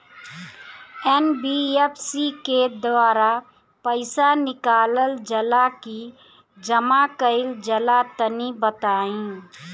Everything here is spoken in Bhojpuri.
एन.बी.एफ.सी के द्वारा पईसा निकालल जला की जमा कइल जला तनि बताई?